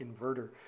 inverter